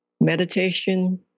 meditation